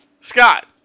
Scott